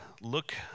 look